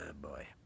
boy